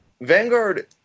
Vanguard